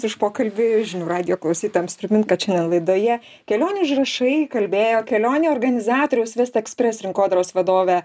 už pokalbį žinių radijo klausytojams primint kad šiandien laidoje kelionių užrašai kalbėjo kelionių organizatoriaus vestekspres rinkodaros vadovė